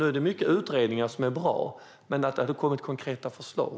Nu är det många utredningar som är bra, men jag önskar att det också hade kommit konkreta förslag.